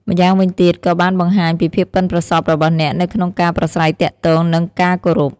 ម្យ៉ាងវិញទៀត ក៏បានបង្ហាញពីភាពប៉ិនប្រសប់របស់អ្នកនៅក្នុងការប្រាស្រ័យទាក់ទង និង ការគោរព។